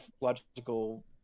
logical